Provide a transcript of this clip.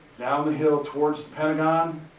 down the hill, towards the pentagon,